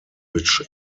which